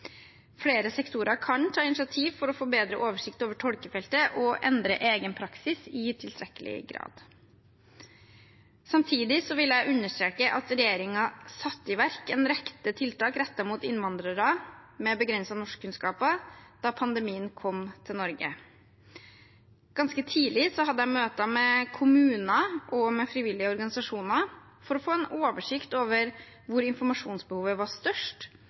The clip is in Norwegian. Flere sektorer kan ta initiativ for å få bedre oversikt over tolkefeltet og endre egen praksis i tilstrekkelig grad. Samtidig vil jeg understreke at regjeringen satte i verk en rekke tiltak som var rettet mot innvandrere med begrensede norskkunnskaper, da pandemien kom til Norge. Ganske tidlig hadde jeg møter med kommuner og frivillige organisasjoner for å få en oversikt over hvor informasjonsbehovet var størst,